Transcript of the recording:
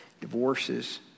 divorces